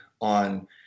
on